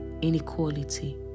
inequality